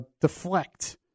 deflect